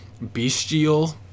bestial